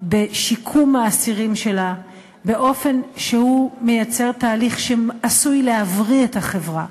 מדי בשיקום האסירים שלה באופן שמייצר תהליך שעשוי להבריא את החברה,